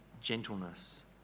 gentleness